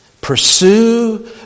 pursue